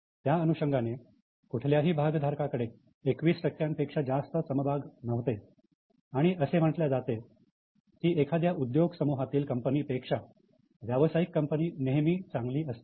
त्या अनुषंगाने कुठल्याही भागधारकाकडे 21 टक्क्यांपेक्षा जास्त समभाग नव्हते आणि असे म्हटल्या जाते की एखाद्या उद्योग समूहातील कंपनी पेक्षा व्यावसायिक कंपनी नेहमी चांगली असते